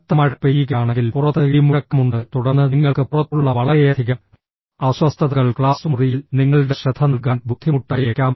കനത്ത മഴ പെയ്യുകയാണെങ്കിൽ പുറത്ത് ഇടിമുഴക്കമുണ്ട് തുടർന്ന് നിങ്ങൾക്ക് പുറത്തുള്ള വളരെയധികം അസ്വസ്ഥതകൾ ക്ലാസ് മുറിയിൽ നിങ്ങളുടെ ശ്രദ്ധ നൽകാൻ ബുദ്ധിമുട്ടായേക്കാം